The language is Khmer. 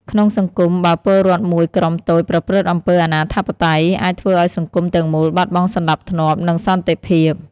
ក្នុងសង្គម បើពលរដ្ឋមួយក្រុមតូចប្រព្រឹត្តអំពើអនាធិបតេយ្យ អាចធ្វើឲ្យសង្គមទាំងមូលបាត់បង់សណ្ដាប់ធ្នាប់ និងសន្តិភាព។